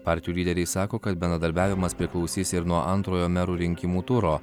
partijų lyderiai sako kad bendradarbiavimas priklausys ir nuo antrojo merų rinkimų turo